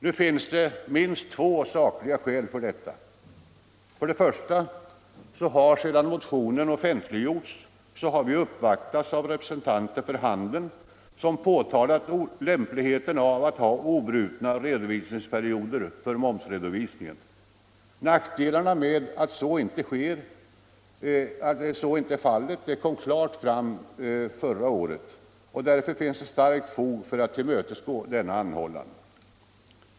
Det finns minst två sakliga skäl för detta: 1. Sedan motionen offentliggjorts har vi uppvaktats av representanter för handeln, som har påtalat lämpligheten av att ha obrutna redovisningsperioder för momsen. Nackdelarna att så inte är fallet kom klart fram förra året, och därför finns det starkt fog för att tillmötesgå denna anhållan.